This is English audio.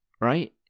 right